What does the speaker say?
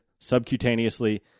subcutaneously